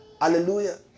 Hallelujah